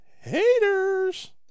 haters